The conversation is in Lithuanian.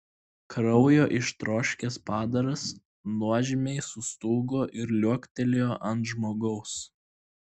kraujo ištroškęs padaras nuožmiai sustūgo ir liuoktelėjo ant žmogaus